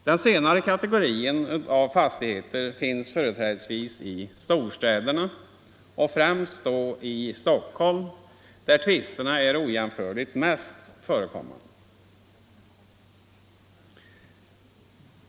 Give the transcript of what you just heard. Den senare kategorin fastigheter finns företrädesvis i storstäderna och främst då i Stockholm, där tvisterna är ojämförligt mest förekommande.